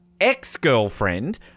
ex-girlfriend